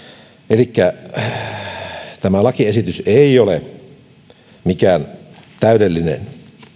elikkä tämä lakiesitys ei ole mikään täydellinen